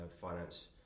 finance